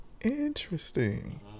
Interesting